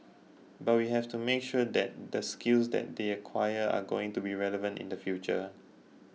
but we have to make sure that the skills that they acquire are going to be relevant in the future